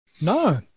No